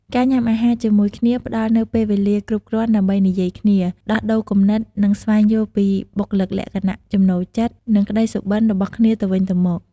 ការញ៉ាំអាហារជាមួយគ្នាផ្ដល់នូវពេលវេលាគ្រប់គ្រាន់ដើម្បីនិយាយគ្នា ដោះដូរគំនិត និងស្វែងយល់ពីបុគ្គលិកលក្ខណៈ ចំណូលចិត្ត និងក្តីសុបិនរបស់គ្នាទៅវិញទៅមក។